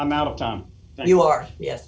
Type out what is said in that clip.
amount of time you are ye